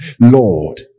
Lord